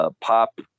pop